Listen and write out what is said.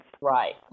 Right